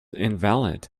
invalid